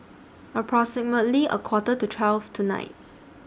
approximately A Quarter to twelve tonight